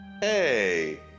Hey